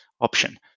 option